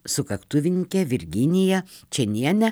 sukaktuvininkę virginiją čenienę